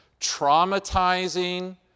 traumatizing